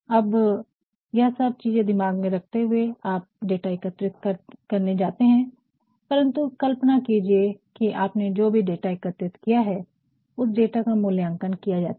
अब यह सब चीजें दिमाग में रखते हुए आप डाटा एकत्रित करने जाते हैं परंतु कल्पना कीजिए कि आपने जो भी डाटा एकत्रित किया है उस डाटा का मूल्यांकन किया जाता है